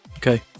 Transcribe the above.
okay